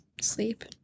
sleep